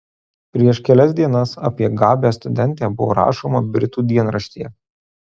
prieš kelias dienas apie gabią studentę buvo rašoma britų dienraštyje